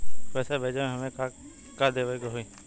पैसा भेजे में हमे का का देवे के होई?